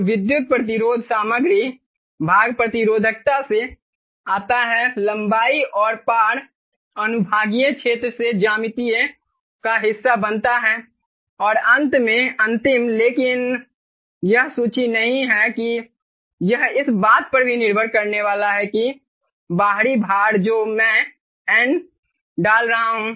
तो विद्युत प्रतिरोध सामग्री भाग प्रतिरोधकता से आता है लंबाई और पार अनुभागीय क्षेत्र से ज्यामिति का हिस्सा बनता है और अंत में अंतिम लेकिन यह सूची नहीं है कि यह इस बात पर भी निर्भर करने वाला है कि बाहरी भार जो मैं N डाल रहा हूं